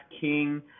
king